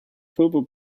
turbo